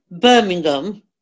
Birmingham